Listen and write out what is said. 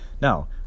Now